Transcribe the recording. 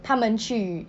他们去